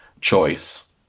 choice